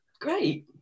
great